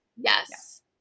Yes